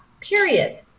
period